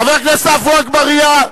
חבר הכנסת עפו אגבאריה.